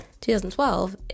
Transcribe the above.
2012